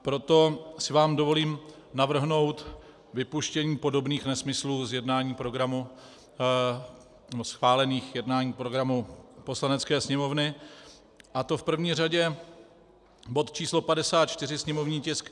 Proto si vám dovolím navrhnout vypuštění podobných nesmyslů z jednání programu, schválených jednání programu Poslanecké sněmovny, a to v první řadě bod č. 54, sněmovní tisk 763.